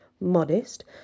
modest